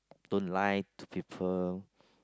don't lie to people